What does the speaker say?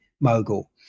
mogul